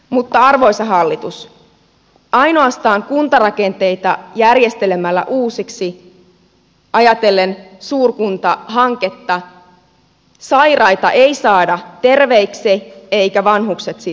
mutta arvoisa hallitus ainoastaan kuntarakenteita järjestelemällä uusiksi ajatellen suurkuntahanketta sairaita ei saada terveiksi eivätkä vanhukset siitä nuorru